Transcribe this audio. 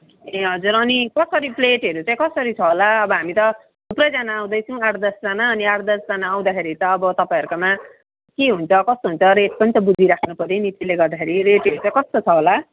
ए हजुर अनि कसरी प्लेटहरू चाहिँ कसरी छ होला हामी त थुप्रैजना आउँदैछौँ आठ दसजना अनि आठ दसजना आउँदाखेरि त अब तपाईँहरूकोमा के हुन्छ कस्तो हुन्छ रेट पनि त बुझिराख्नु पऱ्यो नि त्यसले गर्दाखेरि रेटहरू चाहिँ कस्तो छ होला